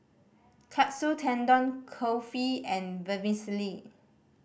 Katsu Tendon Kulfi and Vermicelli